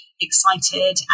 excited